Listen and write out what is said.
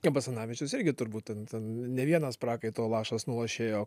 tai basanavičius irgi turbūt ten ten ne vienas prakaito lašas nulašėjo